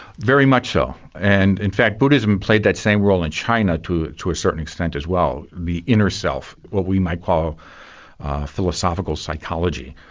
very much so. and in fact buddhism played that same role in china to to a certain extent as well. the inner self, what we might call philosophical psychology,